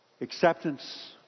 acceptance